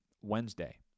Wednesday